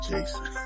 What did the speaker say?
Jason